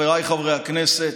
חבריי חברי הכנסת,